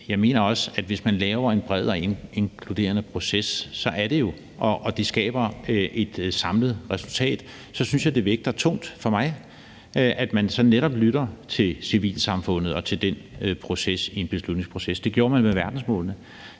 også mener, at hvis man laver en bred og inkluderende proces, og hvis det skaber et samlet resultat, så synes jeg, at det vægter tungt for mig, at man så netop lytter til civilsamfundet og har den beslutningsproces. Det gjorde man med verdensmålene.